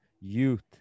youth